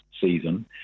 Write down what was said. season